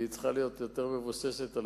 והיא צריכה להיות מבוססת יותר על